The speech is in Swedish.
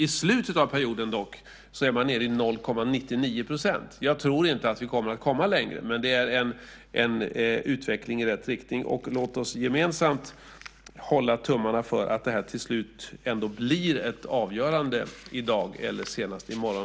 I slutet av perioden är man dock nere på 0,99 %. Jag tror inte att vi kommer att komma längre, men det är en utveckling i rätt riktning. Låt oss gemensamt hålla tummarna för att det till slut ändå blir ett avgörande i dag eller senast i morgon!